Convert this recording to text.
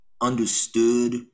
understood